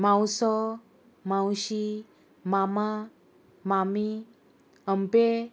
मावसो मावशी मामा मामी अमपे